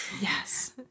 Yes